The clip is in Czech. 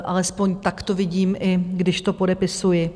Alespoň tak to vidím, i když to podepisuji.